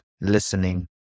listening